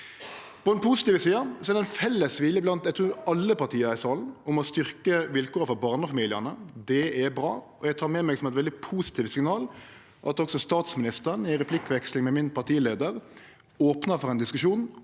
På den positive sida er det ein felles vilje blant alle partia i salen, trur eg, om å styrkje vilkåra for barnefamiliane. Det er bra. Eg tek med meg som eit veldig positivt signal at også statsministeren i ei replikkveksling med min partileiar opna for ein diskusjon